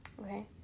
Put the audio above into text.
Okay